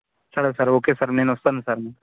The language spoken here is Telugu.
సరే సార్ ఓకే సార్ నేను వస్తాను సార్